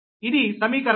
ఇది సమీకరణం 33